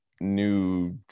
new